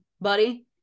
buddy